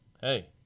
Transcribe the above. Hey